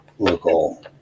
Local